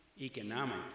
economic